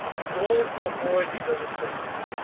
the goal is to avoid these other circles.